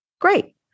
Great